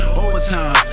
overtime